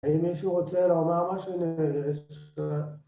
האם מישהו רוצה לומר משהו?...